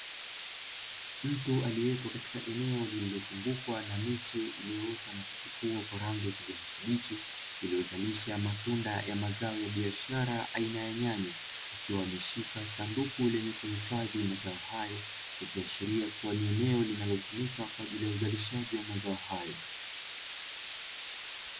Mtu aliepo katika eneo lililo zungukwa na miche iliyo ota na kuchipua kwa rangi ya kijani kibichi, iliyo zalisha matunda ya mazao ya biashara aina ya nyanya, akiwa ameshika sanduku lenye kuhifadhi mazao hayo, ikiashiria kua ni eneo linalo tumika kwa ajili ya uzalishaji wa mazao hayo.